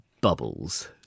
Bubbles